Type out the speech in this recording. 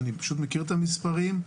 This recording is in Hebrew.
אני מכיר את המספרים,